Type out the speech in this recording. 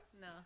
No